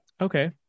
Okay